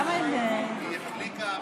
למה עם, היא החליקה ושברה,